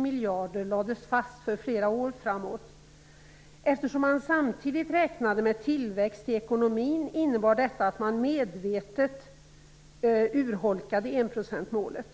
miljarder lades fast för flera år framåt. Eftersom man samtidigt räknade med tillväxt i ekonomin, innebar detta att man medvetet urholkade enprocentsmålet.